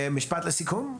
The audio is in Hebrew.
משפט לסיכום?